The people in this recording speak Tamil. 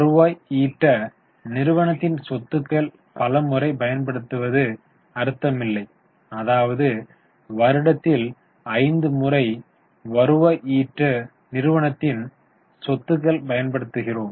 வருவாய் ஈட்ட நிறுவனத்தின் சொத்துக்கள் பல முறை பயன்படுத்துவது அர்த்தமில்லை அதாவது வருடத்தில் 5 முறை வருவாய் ஈட்ட நிறுவனத்தின் சொத்துக்கள் பயன்படுத்துகிறோம்